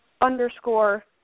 underscore